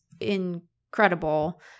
incredible